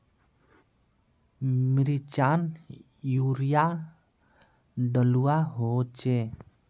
मिर्चान यूरिया डलुआ होचे?